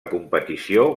competició